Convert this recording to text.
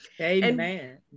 Amen